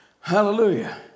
Hallelujah